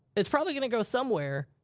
it's probably gonna go somewhere.